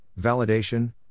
validation